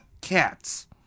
cats